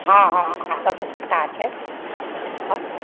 हँ हँ हमरा सब किछु पता छै